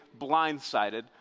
blindsided